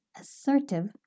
assertive